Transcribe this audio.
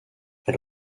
elle